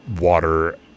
water